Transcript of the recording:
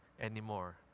anymore